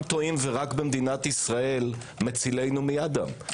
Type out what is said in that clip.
טועים ורק במדינת ישראל מצילנו מידם.